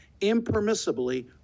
impermissibly